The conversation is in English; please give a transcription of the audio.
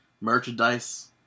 merchandise